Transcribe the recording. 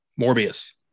Morbius